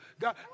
God